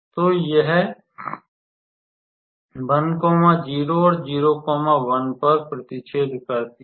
तो यह 1 0 और 0 1 पर प्रतिछेद करती है